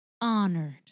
honored